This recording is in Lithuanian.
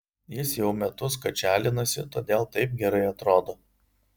jis jau metus kačialinasi todėl taip gerai atrodo